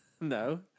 No